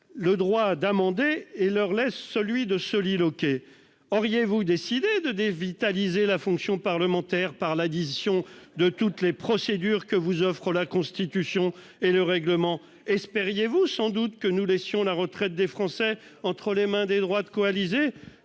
le droit d'amender et leur laisse celui de soliloquer ?« Auriez-vous décidé de dévitaliser la fonction parlementaire par l'addition de toutes les procédures que vous offrent la Constitution et le règlement ?« Espériez-vous que nous laisserions la retraite des Français entre les mains des droites coalisées ?